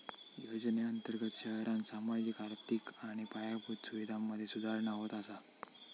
योजनेअंर्तगत शहरांत सामाजिक, आर्थिक आणि पायाभूत सुवीधांमधे सुधारणा होत असा